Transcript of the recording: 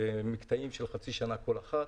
במקטעים של חצי שנה כל אחת.